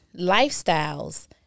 lifestyles